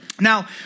Now